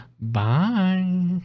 Bye